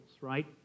right